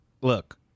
look